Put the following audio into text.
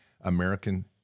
American